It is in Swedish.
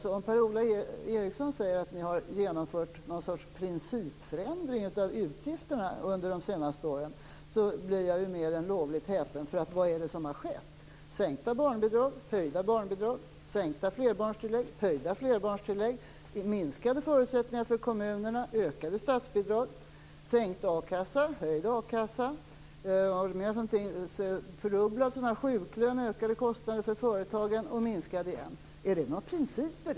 När Per-Ola Eriksson säger att man har genomfört något slags principförändringar av utgifterna under de senaste åren blir jag mer än lovligt häpen. Vad är det som har skett? Jo, man har sänkt barnbidragen, och man har höjt barnbidragen. Man har sänkt flerbarnstilläggen, och man har höjt flerbarnstilläggen. Man har gett minskade förutsättningar för kommunerna, och man har gett ökade statsbidrag. Man har sänkt akasseersättningen, och man har höjt akasseersättningen. Man har ökat företagens kostnader för sjuklön, och sedan minskat kostnaderna igen. Är det några principer?